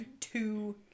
two